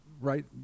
Right